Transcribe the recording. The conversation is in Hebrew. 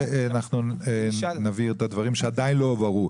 אנחנו נבהיר את הדברים שעדיין לא הובהרו.